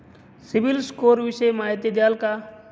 CIBIL score विषयी माहिती द्याल का?